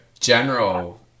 general